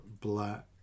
black